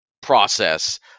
process